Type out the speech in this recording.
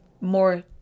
more